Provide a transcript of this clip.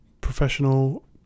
professional